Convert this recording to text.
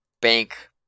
bank